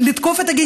לתקוף את הרמטכ"ל,